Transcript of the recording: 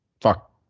fuck